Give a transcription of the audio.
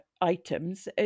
items